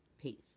Peace